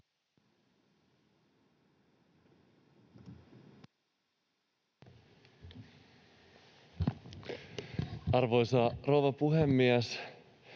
Arvoisa rouva puhemies!